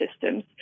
systems